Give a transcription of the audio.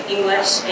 English